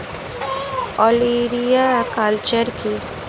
ওলেরিয়া কালচার কি?